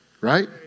Right